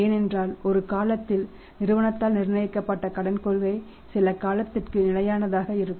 ஏனென்றால் ஒரு காலத்தில் நிறுவனத்தால் நிர்ணயிக்கப்பட்ட கடன் கொள்கை சில காலத்திற்கு நிலையானதாக இருக்கும்